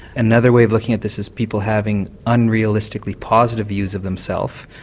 another way of looking at this is people having unrealistically positive views of themselves,